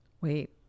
Wait